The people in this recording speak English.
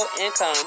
income